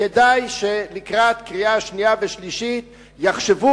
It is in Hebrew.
וכדאי שלקראת קריאה שנייה ושלישית יחשבו